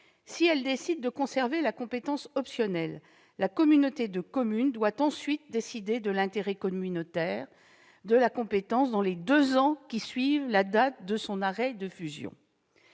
Si elle décide de conserver la compétence optionnelle, la communauté de communes doit ensuite décider de l'intérêt communautaire de la compétence dans les deux ans qui suivent la date de son arrêté de fusion.